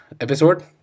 episode